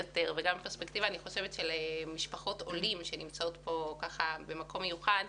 וגם מפרספקטיבה של משפחות עולים שנמצאות פה במקום מיוחד,